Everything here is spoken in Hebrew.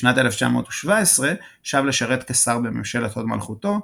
בשנת 1917 שב לשרת כשר בממשלת הוד מלכותו,